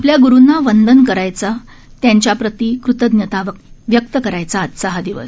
आपल्या ग्रुंना वंदन करायचा त्यांच्याप्रति कृतज्ञता व्यक्त करायचा दिवस